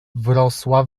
wrosła